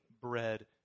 bread